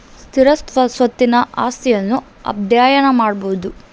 ಸ್ಥಿರ ಸ್ವತ್ತಿನ ಆಸ್ತಿಯನ್ನು ಅಧ್ಯಯನ ಮಾಡಬೊದು